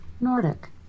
Nordic